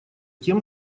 тем